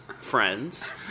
Friends